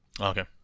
Okay